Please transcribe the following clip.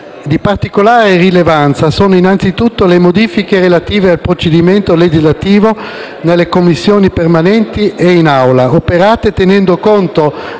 Di particolare rilevanza sono, innanzitutto, le modifiche relative al procedimento legislativo nelle Commissioni permanenti e in Aula, operate tenendo conto